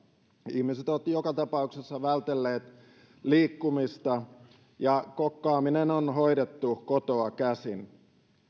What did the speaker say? ihmiset ovat joka tapauksessa vältelleet liikkumista ja kokkaaminen on on hoidettu kotoa käsin